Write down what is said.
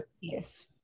Yes